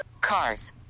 Cars